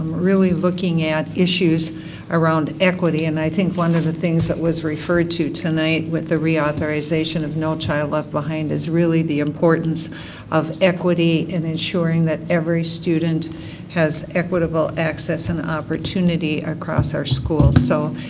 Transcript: really looking at issues around equity. and i think one of the things that was referred to tonight with the reauthorization of no child left behind is really the importance of equity, and ensuring that every student has equitable access and opportunity across our school. so,